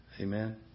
Amen